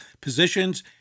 positions